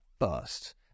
first